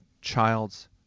child's